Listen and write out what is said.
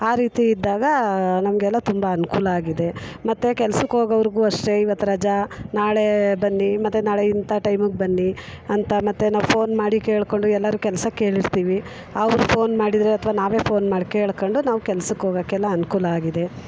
ಆ ರೀತಿ ಇದ್ದಾಗ ನಮಗೆಲ್ಲ ತುಂಬ ಅನುಕೂಲ ಆಗಿದೆ ಮತ್ತು ಕೆಲಸಕ್ಕೋಗೋರ್ಗೂ ಅಷ್ಟೇ ಇವತ್ತು ರಜಾ ನಾಳೆ ಬನ್ನಿ ಮತ್ತು ನಾಳೆ ಇಂಥ ಟೈಮಿಗೆ ಬನ್ನಿ ಅಂತ ಮತ್ತು ನಾವು ಫೋನ್ ಮಾಡಿ ಕೇಳಿಕೊಂಡು ಎಲ್ಲರೂ ಕೆಲ್ಸಕ್ಕೆ ಕೇಳಿರ್ತೀವಿ ಅವ್ರು ಫೋನ್ ಮಾಡಿದರೆ ಅಥ್ವಾ ನಾವೇ ಫೋನ್ ಮಾಡಿ ಕೇಳ್ಕೊಂಡು ನಾವು ಕೆಲ್ಸಕ್ಕೋಗೋಕ್ಕೆಲ್ಲ ಅನುಕೂಲ ಆಗಿದೆ